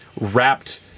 wrapped